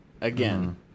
again